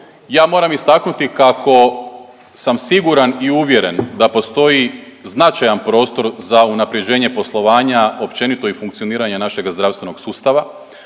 Ja moram istaknuti kako sam siguran i uvjeren da postoji značaj prostor za unapređenje poslovanja općenito i funkcioniranja našega zdravstvenog sustava,